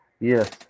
Yes